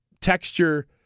texture